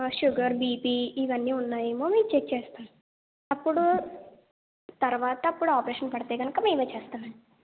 హా sugar BP ఇవన్నీ ఉన్నాయేమో మేము చెక్ చేస్తాము అప్పుడు తరువాత అప్పుడు ఆపరేషన్ పడితే కనుక మేమే చేస్తాము అండి